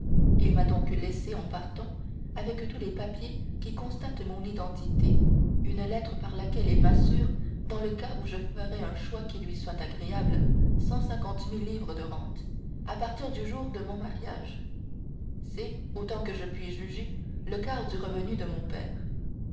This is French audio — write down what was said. il m'a donc laissé en partant avec tous les papiers qui constatent mon identité une lettre par laquelle il m'assure dans le cas où je ferais un choix qui lui soit agréable cent cinquante mille livres de rente à partir du jour de mon mariage c'est autant que je puis juger le quart du revenu de mon père